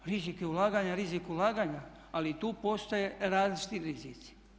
Rizik ulaganja je rizik ulaganja ali i tu postoje različiti rizici.